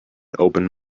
open